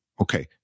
Okay